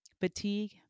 fatigue